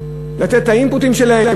לתת את ה"אינפוטים" שלהם.